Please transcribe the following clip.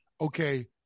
okay